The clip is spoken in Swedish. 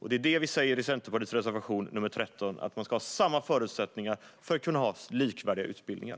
Det är detta vi säger i Centerpartiets reservation nr 13: Man ska ha samma förutsättningar för att kunna ha likvärdiga utbildningar.